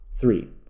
three